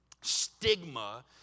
stigma